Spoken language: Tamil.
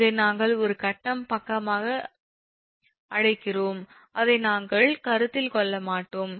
இதை நாங்கள் ஒரு கட்டம் பக்கமாக அழைக்கிறோம் அதை நாங்கள் கருத்தில் கொள்ள மாட்டோம்